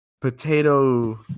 potato